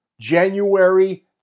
January